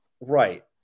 Right